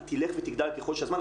היא תלך ותגדל במשך הזמן,